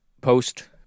post